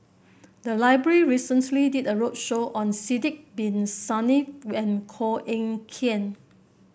the library recently did a roadshow on Sidek Bin Saniff and Koh Eng Kian